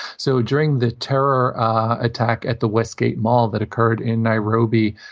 so during the terror attack at the west gate mall that occurred in nairobi,